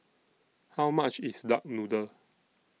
How much IS Duck Noodle